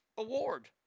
award